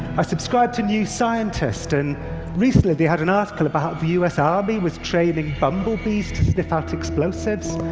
i subscribe to new scientist, and recently they had an article about how the u s. army was training bumblebees to sniff out explosives.